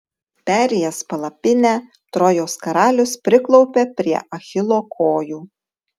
perėjęs palapinę trojos karalius priklaupia prie achilo kojų